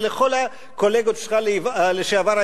ולכל הקולגות שלך לשעבר,